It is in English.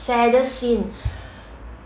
saddest scene